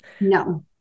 No